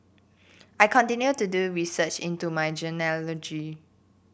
I continue to do research into my genealogy